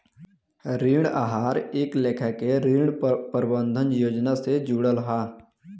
ऋण आहार एक लेखा के ऋण प्रबंधन योजना से जुड़ल हा